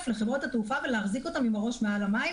לחברות התעופה ולהחזיק אותן עם הראש מעל המים,